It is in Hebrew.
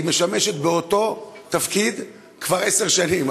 היא משמשת באותו תפקיד כבר עשר שנים,